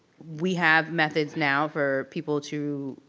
we have methods now for people to